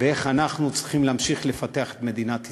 ואיך אנחנו צריכים להמשיך לפתח את מדינת ישראל.